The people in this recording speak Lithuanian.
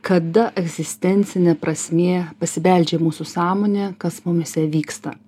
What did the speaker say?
kada egzistencinė prasmė pasibeldžia į mūsų sąmonę kas mumyse vyksta